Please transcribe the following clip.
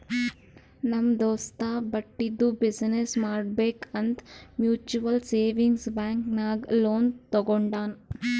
ನಮ್ ದೋಸ್ತ ಬಟ್ಟಿದು ಬಿಸಿನ್ನೆಸ್ ಮಾಡ್ಬೇಕ್ ಅಂತ್ ಮ್ಯುಚುವಲ್ ಸೇವಿಂಗ್ಸ್ ಬ್ಯಾಂಕ್ ನಾಗ್ ಲೋನ್ ತಗೊಂಡಾನ್